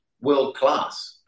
world-class